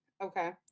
Okay